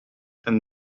and